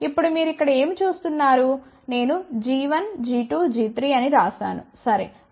ఇప్పుడు మీరు ఇక్కడ ఏమి చూస్తున్నారు నేను g1g2g3అని వ్రాశాను సరే